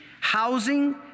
housing